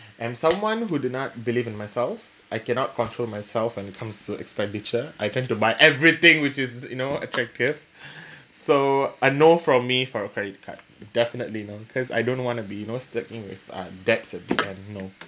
am someone who do not believe in myself I cannot control myself when it comes expenditure I tend to buy everything which is you know attractive so a no from me for a credit card definitely no because I don't want to be you know sticking with uh debts at the end no